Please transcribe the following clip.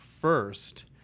first